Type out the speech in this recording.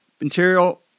material